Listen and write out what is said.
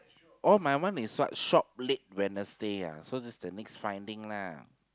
oh my one is what shop late Wednesday ah so this the next finding lah